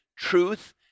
Truth